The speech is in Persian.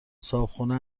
صاحبخونه